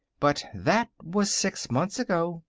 but that was six months ago.